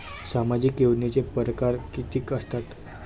सामाजिक योजनेचे परकार कितीक असतात?